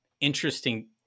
interesting